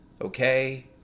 okay